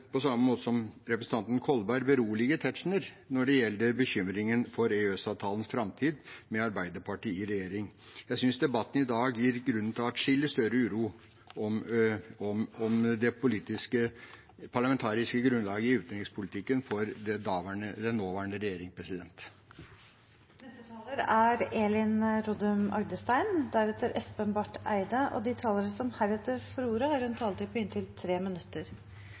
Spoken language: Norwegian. på samme måte som representanten Kolberg, berolige Tetzschner når det gjelder bekymringen for EØS-avtalens framtid med Arbeiderpartiet i regjering. Jeg synes debatten i dag gir grunn til atskillig større uro om det politiske parlamentariske grunnlaget i utenrikspolitikken for den nåværende regjering. De talere som heretter får ordet, har en taletid på inntil 3 minutter. Utenriksministerens grundige redegjørelse viste bredden og